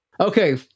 Okay